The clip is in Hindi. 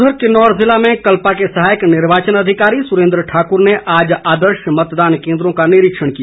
उधर किन्नौर जिले में कल्पा के सहायक निर्वाचन अधिकारी सुरेन्द्र ठाकुर ने आज आदर्श मतदान केन्द्रों का निरीक्षण किया